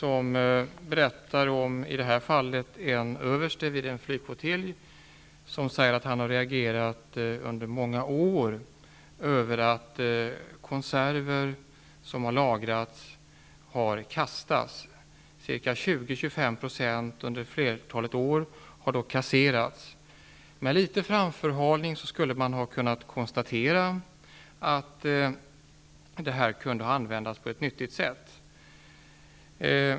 I det här fallet berättas om en överste vid en flygflottilj som säger att han har reagerat under många år över att lagrade konserver har kastats. Ca 20--25 % har kasserats under flertalet år. Med litet framförhållning skulle detta kunna användas på ett nyttigt sätt.